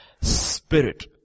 spirit